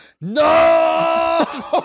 No